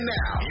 now